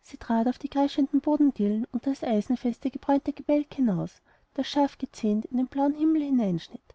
sie trat auf die kreischenden bodendielen unter das eisenfeste gebräunte gebälk hinaus das scharf gezähnt in den blauen himmel hineinschnitt